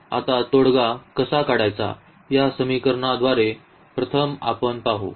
तर आता तोडगा कसा काढायचा या समीकरणाद्वारे प्रथम आपण पाहू